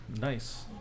nice